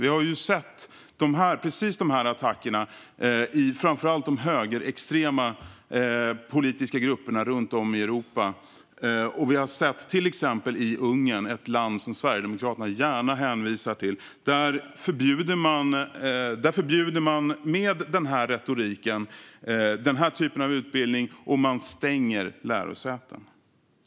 Vi har sett precis de här attackerna i framför allt de högerextrema politiska grupperna runt om i Europa. Vi har sett hur man till exempel i Ungern - ett land som Sverigedemokraterna gärna hänvisar till - med denna retorik förbjuder den här typen av utbildning och stänger lärosäten.